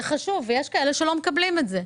זה חשוב, ויש כאלה שלא מקבלים את זה.